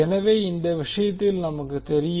எனவே இந்த விஷயத்தில் நமக்குதெரியும்